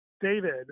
David